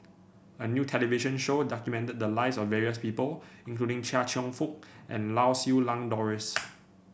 a new television show documented the lives of various people including Chia Cheong Fook and Lau Siew Lang Doris